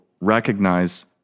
recognize